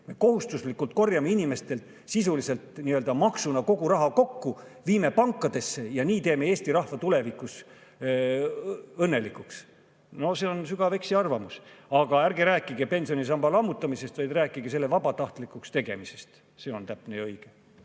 Me sisuliselt korjame kohustuslikult inimestelt maksuna kogu raha kokku, viime pankadesse ja nii teeme Eesti rahva tulevikus õnnelikuks – no see on sügav eksiarvamus. Ärge rääkige pensionisamba lammutamisest, vaid rääkige selle vabatahtlikuks tegemisest! See on täpne ja õige.